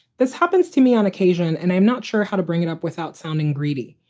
this happens to me on occasion, and i'm not sure how to bring it up without sounding greedy.